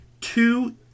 two